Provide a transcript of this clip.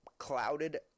clouded